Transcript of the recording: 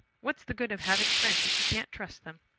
what's the good of having friends if you can't trust them?